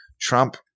Trump